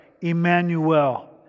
Emmanuel